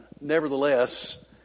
nevertheless